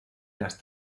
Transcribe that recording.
las